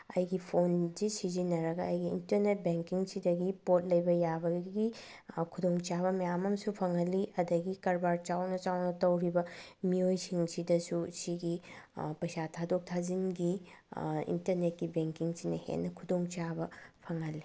ꯑꯩꯒꯤ ꯐꯣꯟꯁꯤ ꯁꯤꯖꯤꯟꯅꯔꯒ ꯑꯩꯒꯤ ꯏꯟꯇꯔꯅꯦꯠ ꯕꯦꯡꯀꯤꯡꯁꯤꯗꯒꯤ ꯄꯣꯠ ꯂꯩꯕ ꯌꯥꯕꯒꯤ ꯈꯨꯗꯣꯡ ꯆꯥꯕ ꯃꯌꯥꯝ ꯑꯝꯁꯨ ꯐꯪꯍꯜꯂꯤ ꯑꯗꯒꯤ ꯀꯔꯕꯥꯔ ꯆꯥꯎꯅ ꯆꯥꯎꯅ ꯇꯧꯔꯤꯕ ꯃꯤꯑꯣꯏꯁꯤꯡꯁꯤꯗꯁꯨ ꯁꯤꯒꯤ ꯄꯩꯁꯥ ꯊꯥꯗꯣꯛ ꯊꯥꯖꯤꯟꯒꯤ ꯏꯟꯇꯔꯅꯦꯠꯀꯤ ꯕꯦꯡꯀꯤꯡꯁꯤꯅ ꯍꯦꯟꯅ ꯈꯨꯗꯣꯡꯆꯥꯕ ꯐꯪꯍꯜꯂꯤ